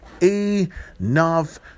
Enough